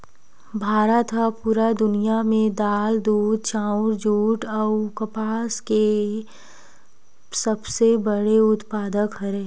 भारत हा पूरा दुनिया में दाल, दूध, चाउर, जुट अउ कपास के सबसे बड़े उत्पादक हरे